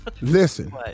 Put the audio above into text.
Listen